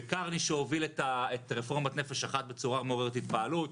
בקרני שהוביל את רפורמת "נפש אחת" בצורה מעוררת התפעלות,